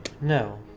No